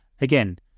Again